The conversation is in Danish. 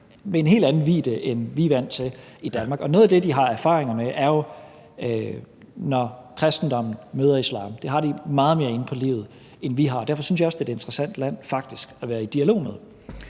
med en helt anden vidde, end vi er vant til i Danmark. Og noget af det, de har erfaringer med, er jo, når kristendom møder islam. Det har de meget mere inde på livet, end vi har. Derfor synes jeg faktisk også, det er et interessant land at være i dialog med.